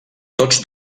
tots